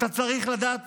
אתה צריך לדעת